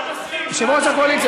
יושב-ראש הקואליציה,